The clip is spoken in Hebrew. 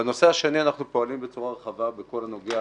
בנושא השני אנחנו פועלים בצורה רחבה בכל הנוגע